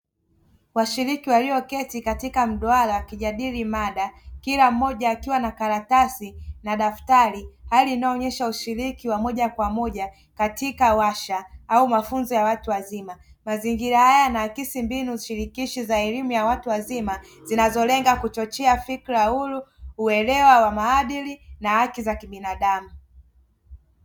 Washiriki walioketi katika mduara wakijadili mada kila mmoja akiwa na karatasi na daktari, hali inayoonyesha ushiriki wa moja kwa moja katika warsha au mafunzo ya watu wazima, mazingira haya yanaakisi mbinu shirikishi za elimu ya watu wazima zinazolenga kuchochea fikra huru uelewa wa maadili na haki za kibinadamu.